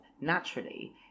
naturally